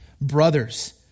Brothers